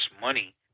money